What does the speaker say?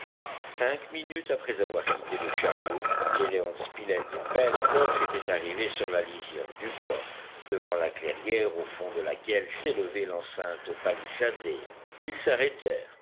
cinq minutes après avoir quitté le chariot gédéon spilett et pencroff étaient arrivés sur la lisière du bois devant la clairière au fond de laquelle s'élevait l'enceinte palissadée